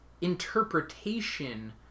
interpretation